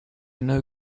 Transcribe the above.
know